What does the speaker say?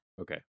Okay